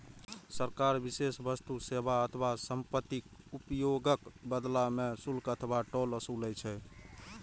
सरकार विशेष वस्तु, सेवा अथवा संपत्तिक उपयोगक बदला मे शुल्क अथवा टोल ओसूलै छै